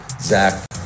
Zach